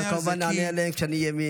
אבל כמובן שאני אענה עליהן כשאני אהיה,